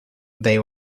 they